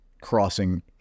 crossing